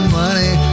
money